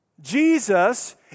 Jesus